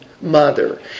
mother